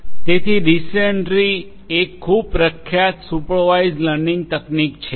તેથી decision tree એ ખૂબ પ્રખ્યાત સુપરવાઇઝડ લર્નિંગ તકનીક છે